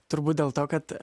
turbūt dėl to kad